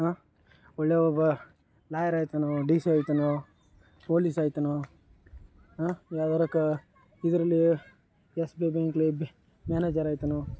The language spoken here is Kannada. ಹಾಂ ಒಳ್ಳೆ ಒಬ್ಬ ಲಾಯರ್ ಆಗ್ತಾನೋ ಡಿ ಸಿ ಆಗ್ತಾನೋ ಪೋಲಿಸ್ ಆಗ್ತಾನೋ ಹಾಂ ಯಾವ್ದಾದ್ರು ಕಾ ಇದರಲ್ಲಿ ಎಸ್ ಬಿ ಬ್ಯಾಂಕಲ್ಲಿ ಬಿ ಮ್ಯಾನೇಜರ್ ಆಗ್ತಾನೋ